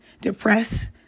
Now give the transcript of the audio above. depressed